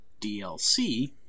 DLC